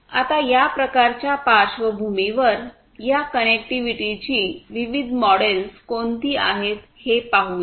आता या प्रकारच्या पार्श्वभूमीवर या कनेक्टिव्हिटीची विविध मॉडेल्स कोणती आहेत हे पाहूया